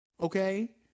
Okay